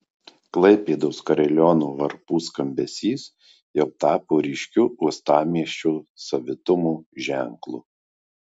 klaipėdos kariliono varpų skambesys jau tapo ryškiu uostamiesčio savitumo ženklu